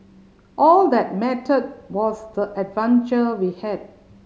all that mattered was the adventure we had